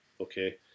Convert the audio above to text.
okay